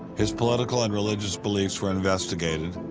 his political and religious beliefs were investigated,